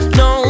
no